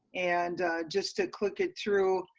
and just to click it through,